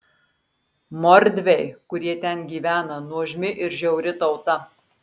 mordviai kurie ten gyvena nuožmi ir žiauri tauta